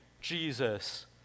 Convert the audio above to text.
Jesus